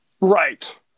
Right